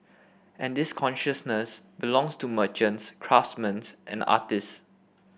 and this consciousness belongs to merchants craftsman and artist